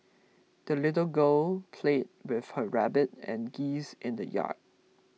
the little girl played with her rabbit and geese in the yard